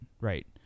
Right